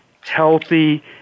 healthy